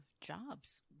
jobs